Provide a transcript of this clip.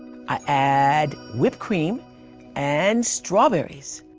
i add whipped cream and strawberries.